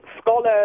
scholars